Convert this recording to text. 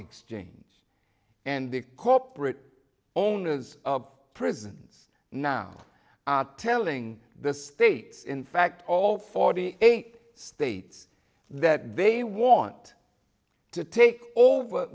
exchange and the corporate owners of prisons now are telling the states in fact all forty eight states that they want to take over